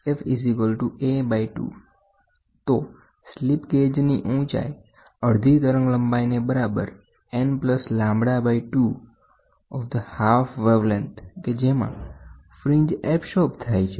તો slip gauge ની ઊંચાઈ અડધી તરંગ લંબાઈ ને બરાબરn plus lambda by 2 of the half wavelength of radiation કે જેમાં ફ્રીન્જ એબસોર્બ થાય છે